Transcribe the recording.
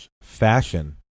fashion